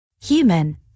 Human